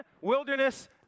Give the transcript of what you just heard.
wilderness